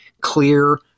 clear